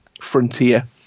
frontier